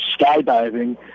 skydiving